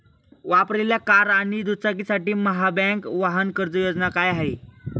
वापरलेल्या कार आणि दुचाकीसाठी महाबँक वाहन कर्ज योजना काय आहे?